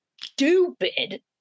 stupid